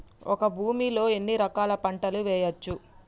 ఒక భూమి లో ఎన్ని రకాల పంటలు వేయచ్చు?